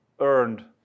earned